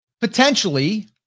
potentially